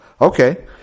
Okay